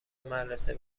مدرسه